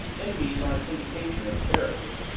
enemies are an indication of character.